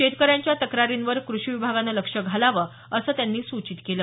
शेतकऱ्यांच्या तक्रारींवर कृषी विभागानं लक्ष घालावं असं त्यांनी सूचित केलं